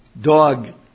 dog